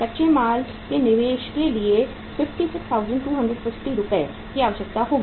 कच्चे माल के निवेश के लिए 56250 रुपये की आवश्यकता होगी